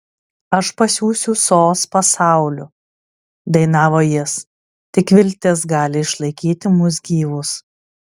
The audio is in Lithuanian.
aš pasiųsiu sos pasauliu dainavo jis tik viltis gali išlaikyti mus gyvus